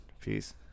Peace